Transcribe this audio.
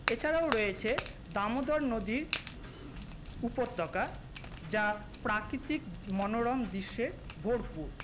এছাড়াও রয়েছে দামোদর নদী উপত্যকা যা প্রাকৃতিক মনোরম দৃশ্যে ভরপুর